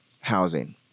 housing